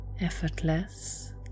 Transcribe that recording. effortless